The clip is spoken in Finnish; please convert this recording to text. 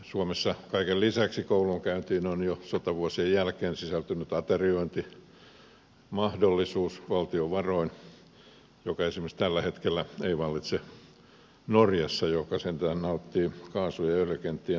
suomessa kaiken lisäksi koulunkäyntiin on sotavuosien jälkeen sisältynyt ateriointimahdollisuus valtion varoin joka tällä hetkellä ei vallitse esimerkiksi norjassa joka sentään nauttii kaasu ja öljykenttien tuotosta